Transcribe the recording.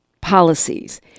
policies